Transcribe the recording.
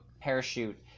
parachute